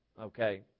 Okay